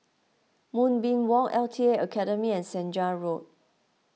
Moonbeam Walk L T A Academy and Senja Road